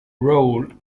role